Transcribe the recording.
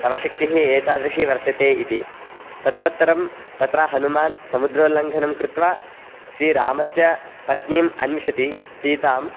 तव शक्तिः एतादृशी वर्तते इति तदुत्तरं तत्र हनुमान् समुद्रोल्लङ्घनं कृत्वा श्रीरामस्य पत्नीम् अन्विषति सीतां